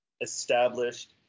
established